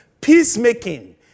Peacemaking